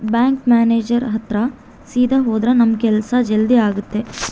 bank manager ಹತ್ರ ಸೀದಾ ಹೋದ್ರ ನಮ್ ಕೆಲ್ಸ ಜಲ್ದಿ ಆಗುತ್ತೆ